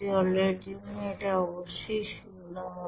জলের জন্য এটা অবশ্যই শূন্য হবে